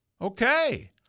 Okay